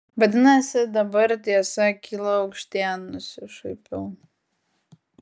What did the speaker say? vadinasi dabar tiesa kyla aikštėn nusišaipiau